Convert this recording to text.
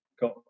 got